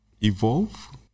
evolve